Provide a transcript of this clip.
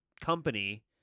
company